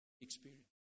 experience